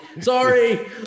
Sorry